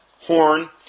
Horn